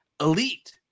Elite